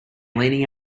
leaning